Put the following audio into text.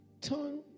Turn